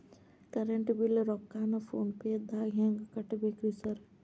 Current bill ರೊಕ್ಕಾನ phone ಪೇದಾಗ ಹೆಂಗ್ ಕಟ್ಟಬೇಕ್ರಿ ಸರ್?